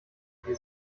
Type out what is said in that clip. die